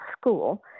school